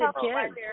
kids